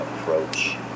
approach